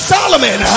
Solomon